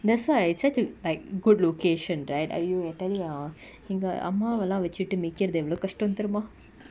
that's why I try to like good location right !aiyo! I tell you ah எங்க அம்மாவலா வச்சிட்டு மேய்குறது எவளோ கஸ்டோ தெரியுமா:enga ammavala vachittu meikurathu evalo kasto theriyuma